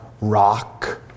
rock